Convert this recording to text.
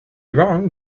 wrong